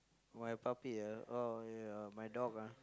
my puppy ah oh ya my dog ah